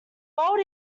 bald